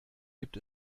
gibt